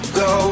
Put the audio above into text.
go